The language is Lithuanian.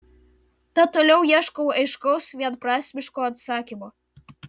tad toliau ieškau aiškaus vienprasmiško atsakymo